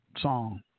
song